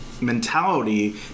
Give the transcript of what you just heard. mentality